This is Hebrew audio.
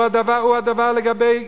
הוא הדבר לגבי,